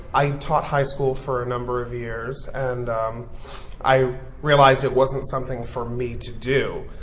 i taught high school for a number of years and i realized it wasn't something for me to do.